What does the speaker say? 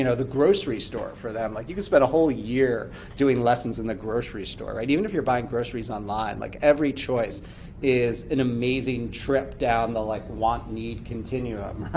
you know the grocery store for them. like you could spend a whole year doing lessons in the grocery store. even if you're buying groceries online, like every choice is an amazing trip down the like want need continuum,